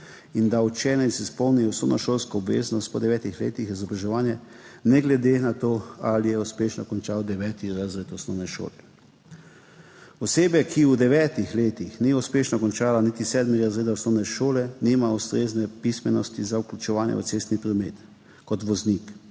in da učenec izpolni osnovnošolsko obveznost po devetih letih izobraževanje, ne glede na to, ali je uspešno končal deveti razred osnovne šole. Osebe, ki v devetih letih niso uspešno končale niti sedmega razreda osnovne šole, nimajo ustrezne pismenosti za vključevanje v cestni promet kot vozniki,